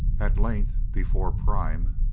at length, before prime,